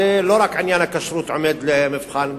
לא רק עניין הכשרות עומד למבחן,